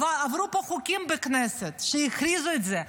עברו פה חוקים בכנסת שהכריזו את זה,